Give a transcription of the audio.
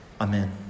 Amen